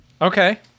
Okay